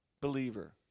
believer